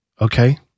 Okay